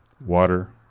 water